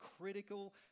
critical